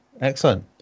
excellent